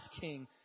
king